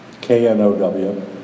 K-N-O-W